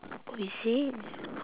oh is it